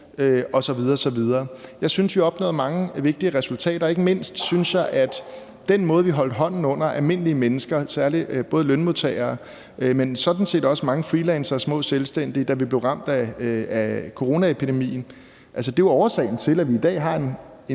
osv. osv. Jeg synes, at vi har opnået mange vigtige resultater, og ikke mindst synes jeg, at vi holdt hånden under almindelige mennesker, både lønmodtagere, men sådan set også mange freelancere og små selvstændige, da vi blev ramt af coronaepidemien. Altså, det er jo årsagen til, at vi i dag har en